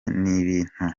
n’ibintu